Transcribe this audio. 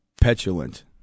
petulant